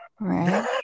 Right